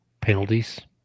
penalties